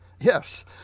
Yes